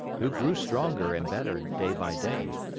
who grew stronger and better day by day.